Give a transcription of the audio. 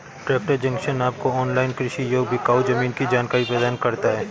tractor Junction आपको online कृषि योग्य बिकाऊ जमीन की जानकारी प्रदान करता है